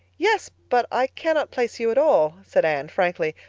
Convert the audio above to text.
yes but i cannot place you at all, said anne, frankly.